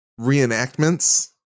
reenactments